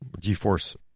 GeForce